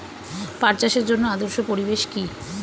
পাট চাষের জন্য আদর্শ পরিবেশ কি?